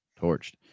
torched